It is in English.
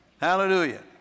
Hallelujah